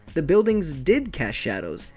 the buildings did cast shadows,